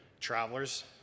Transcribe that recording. Travelers